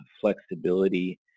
flexibility